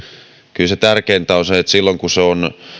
kyllä tärkeintä on se että silloin kun se